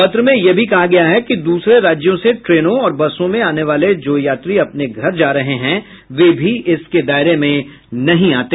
पत्र में यह भी कहा गया है कि दूसरे राज्यों से ट्रेनों और बसों में आने वाले जो यात्री अपने घर जा रहे हैं वे भी इसके दायरे में नहीं आते